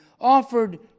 offered